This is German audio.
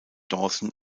dawson